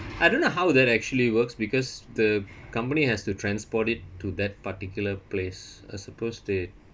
I don't know how that actually works because the company has to transport it to that particular place I supposed they